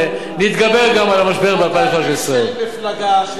נתגבר גם על המשבר של 2013. אתה איש של מפלגה שטוענת